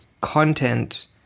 content